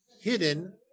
hidden